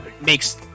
makes